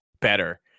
better